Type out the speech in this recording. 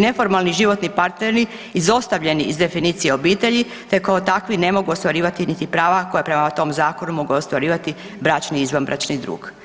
neformalni životni partneri izostavljeni iz definicije obitelji, te kao takvi ne mogu ostvarivati niti prava koja prema tom zakonu mogu ostvarivati bračni i izvanbračni drug.